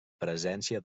presència